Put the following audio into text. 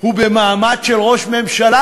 הוא במעמד של ראש ממשלה?